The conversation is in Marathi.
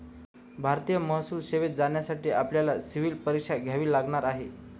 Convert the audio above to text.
भारतीय महसूल सेवेत जाण्यासाठी आपल्याला सिव्हील परीक्षा द्यावी लागणार आहे